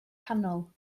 canol